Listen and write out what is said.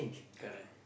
correct